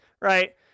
right